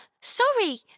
sorry